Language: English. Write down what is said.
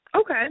Okay